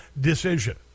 decision